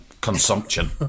consumption